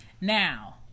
Now